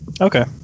Okay